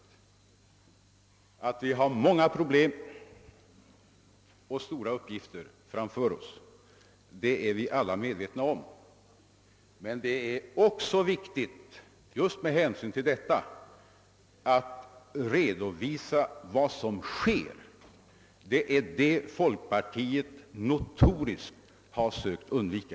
Vi är alla medvetna om att vi har många problem och stora uppgifter framför oss, men därför är det också viktigt att redovisa vad som sker — och det har folkpartiet notoriskt sökt undvika.